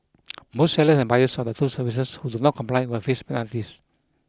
both sellers and buyers of the two services who do not comply will face penalties